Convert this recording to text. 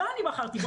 לא אני בחרתי בו,